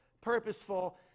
purposeful